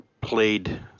played